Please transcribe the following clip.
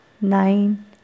nine